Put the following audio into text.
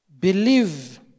Believe